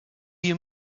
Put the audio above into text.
you